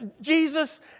Jesus